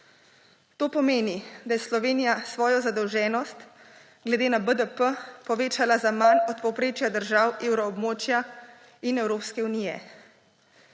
To pomeni, da je Slovenija svojo zadolženost glede na BDP povečala za manj od povprečja držav Evroobmočja in Evropske unije.